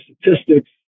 statistics